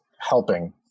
helping